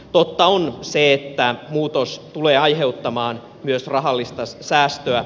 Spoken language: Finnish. totta on se että muutos tulee aiheuttamaan myös rahallista säästöä